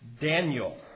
Daniel